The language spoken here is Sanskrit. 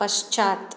पश्चात्